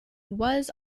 was